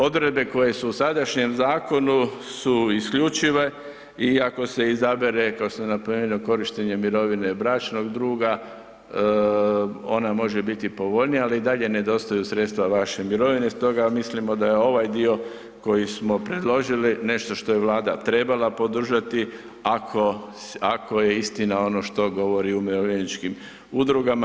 Odredbe koje su u sadašnjem zakonu su isključive i ako se izabere, kao što sam napomenuo, korištenje mirovine bračnog druga, ona može biti povoljnija, ali i dalje nedostaju sredstva vaše mirovine, stoga mislimo da je ovaj dio koji smo predložili, nešto što je Vlada trebala podržati, ako je istina ono što govori umirovljeničkim udrugama.